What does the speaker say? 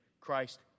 Christ